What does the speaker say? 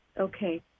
Okay